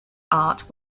art